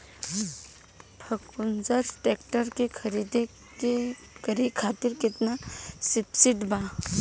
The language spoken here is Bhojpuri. फर्गुसन ट्रैक्टर के खरीद करे खातिर केतना सब्सिडी बा?